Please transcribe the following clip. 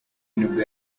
nibwo